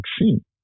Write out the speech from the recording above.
vaccine